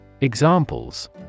Examples